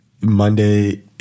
Monday